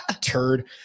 turd